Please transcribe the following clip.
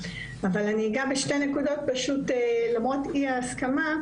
אבל אני אגע בשתי נקודות למרות אי ההסכמה,